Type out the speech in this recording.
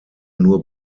nur